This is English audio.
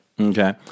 Okay